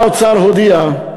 שר האוצר הודיע: